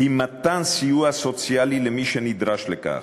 היא מתן סיוע סוציאלי למי שנדרש לכך.